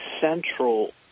central